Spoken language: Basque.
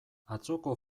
atzoko